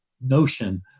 notion